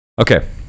Okay